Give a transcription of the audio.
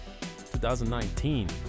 2019